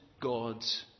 God's